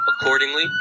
Accordingly